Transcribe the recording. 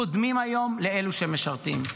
קודמים לאלו שמשרתים.